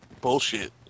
Bullshit